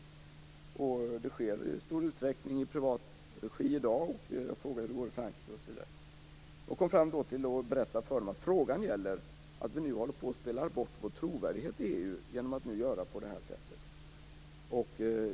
Det hela sker i stor utsträckning i privat regi i dag. Jag berättade för honom att frågan gällde att vi håller på att spela bort vår trovärdighet i EU genom att vi gör på det här sättet.